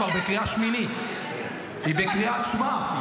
היא כבר בקריאה שמינית, היא בקריאת שמע.